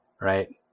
right